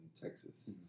Texas